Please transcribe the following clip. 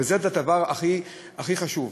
וזה הדבר הכי חשוב.